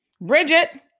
Bridget